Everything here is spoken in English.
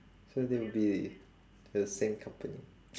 so they would be the same company